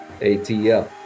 ATL